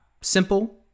simple